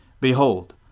Behold